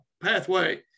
pathway